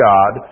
God